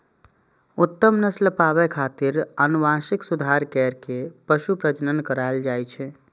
उत्तम नस्ल पाबै खातिर आनुवंशिक सुधार कैर के पशु प्रजनन करायल जाए छै